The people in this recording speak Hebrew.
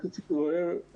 רק רציתי לברר,